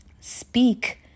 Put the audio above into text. speak